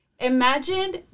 imagine